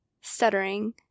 stuttering